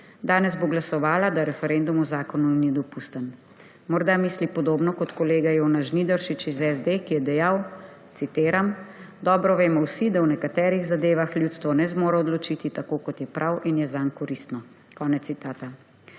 Danes bo glasovala, da referendum o zakonu ni dopusten. Morda misli podobno kot kolega Jonas Žnidaršič iz SD, ki je dejal, citiram: »Dobro vemo vsi, da v nekaterih zadevah ljudstvo ne zmore odločiti tako, kot je prav in je zanj koristno.« Konec citata.